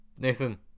nathan